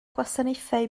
gwasanaethau